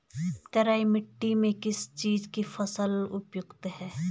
तराई मिट्टी में किस चीज़ की फसल उपयुक्त है?